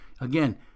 Again